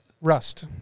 Rust